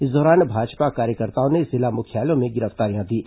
इस दौरान भाजपा कार्यकर्ताओं ने जिला मुख्यालयों में गिरफ्तारियां दीं